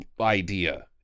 idea